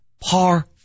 par